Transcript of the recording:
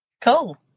Cool